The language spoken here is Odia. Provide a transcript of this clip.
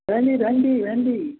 ଭେଣ୍ଡି ଭେଣ୍ଡି ଭେଣ୍ଡି